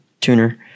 Tuner